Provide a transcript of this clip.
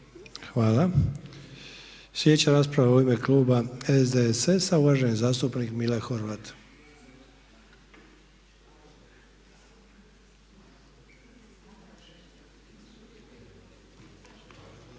Hvala. Sljedeća rasprava je u ime kluba SDSS-a, uvaženi zastupnik Mile Horvat.